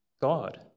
God